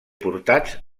portats